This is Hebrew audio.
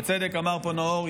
בצדק אמר פה נאור,